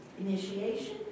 initiation